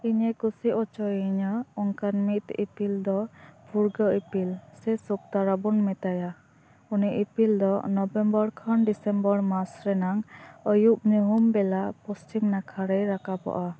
ᱤᱧᱮ ᱠᱩᱥᱤ ᱚᱪᱚ ᱤᱧᱟᱹ ᱚᱱᱠᱟᱱ ᱢᱤᱫ ᱤᱯᱤᱞ ᱫᱚ ᱵᱷᱩᱨᱜᱟᱹ ᱤᱯᱤᱞ ᱥᱮ ᱥᱩᱠ ᱛᱟᱨᱟ ᱵᱚᱱ ᱢᱮᱛᱟᱭᱟ ᱩᱱᱤ ᱤᱯᱤᱞ ᱫᱚ ᱱᱚᱵᱷᱮᱢᱵᱚᱨ ᱠᱷᱚᱱ ᱰᱤᱥᱮᱢᱵᱚᱨ ᱢᱟᱥ ᱨᱮᱱᱟᱝ ᱟᱭᱩᱵ ᱧᱩᱦᱩᱢ ᱵᱮᱞᱟ ᱯᱚᱥᱪᱤᱢ ᱱᱟᱠᱷᱟ ᱨᱮᱭ ᱨᱟᱠᱟᱵᱚᱜᱼᱟ